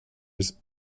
his